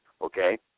Okay